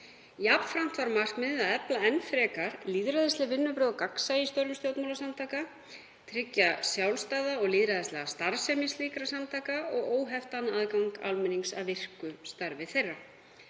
Jafnframt var markmiðið að efla enn frekar lýðræðisleg vinnubrögð og gagnsæi í störfum stjórnmálasamtaka, tryggja sjálfstæða og lýðræðislega starfsemi slíkra samtaka og óheftan aðgang almennings að virku starfi þeirra.